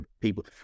people